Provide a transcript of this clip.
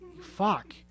fuck